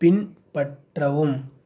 பின்பற்றவும்